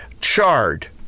charred